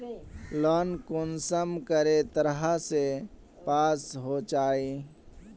Loan कुंसम करे तरह से पास होचए?